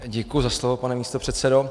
Děkuji za slovo, pane místopředsedo.